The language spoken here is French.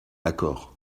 accord